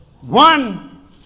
one